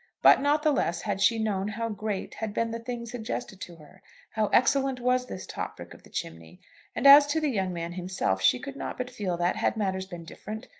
but not the less had she known how great had been the thing suggested to her how excellent was this top brick of the chimney and as to the young man himself, she could not but feel that, had matters been different,